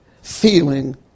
feeling